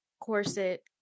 corset